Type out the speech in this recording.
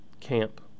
camp